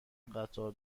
قطار